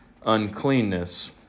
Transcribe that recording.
uncleanness